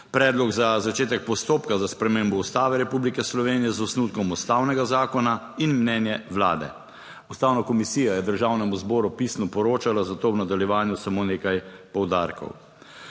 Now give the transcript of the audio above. predlog za začetek postopka za spremembo Ustave Republike Slovenije z osnutkom ustavnega zakona in mnenje Vlade. Ustavna komisija je Državnemu zboru pisno poročala, zato v nadaljevanju samo nekaj poudarkov.